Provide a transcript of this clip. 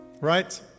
Right